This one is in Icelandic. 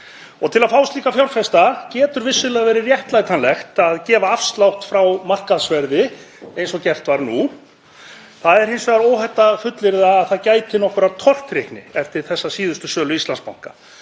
Til að fá slíka fjárfesta getur vissulega verið réttlætanlegt að gefa afslátt frá markaðsverði eins og gert var nú. Það er hins vegar óhætt að fullyrða að það gæti nokkurrar tortryggni eftir þessa síðustu sölu Íslandsbanka.